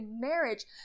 marriage